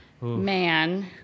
man